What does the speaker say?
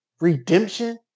redemption